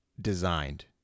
designed